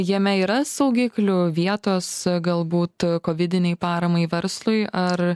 jame yra saugiklių vietos galbūt kovidinei paramai verslui ar